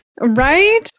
Right